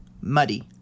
muddy